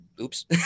oops